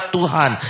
Tuhan